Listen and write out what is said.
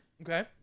Okay